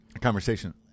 conversation